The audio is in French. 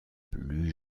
plus